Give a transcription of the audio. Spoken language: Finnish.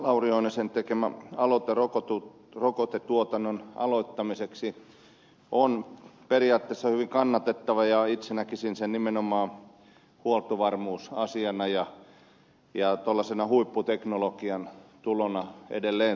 lauri oinosen tekemä aloite rokotetuotannon aloittamiseksi on periaatteessa hyvin kannatettavaa ja itse näkisin sen nimenomaan huoltovarmuusasiana ja tuollaisen huipputeknologian tulona edelleen suomeen